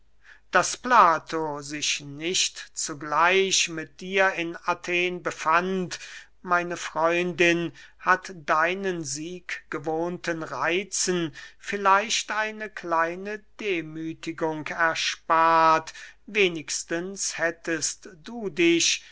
daß plato sich nicht zugleich mit dir in athen befand meine freundin hat deinen sieggewohnten reitzen vielleicht eine kleine demüthigung erspart wenigstens hättest du dich